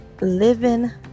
living